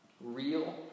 Real